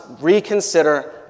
reconsider